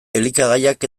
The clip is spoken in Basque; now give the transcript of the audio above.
elikagaiak